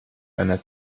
einer